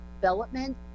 development